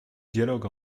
dialogue